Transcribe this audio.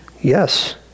Yes